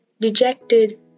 dejected